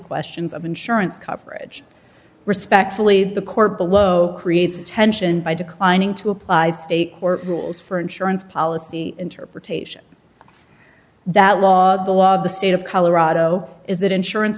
questions of insurance coverage respectfully the court below creates tension by declining to apply state court rules for insurance policy interpretation that law the law of the state of colorado is that insurance